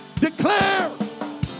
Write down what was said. declare